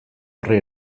horri